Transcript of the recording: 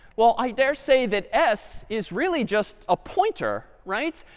well, i dare say that s is really just a pointer. right?